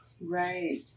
Right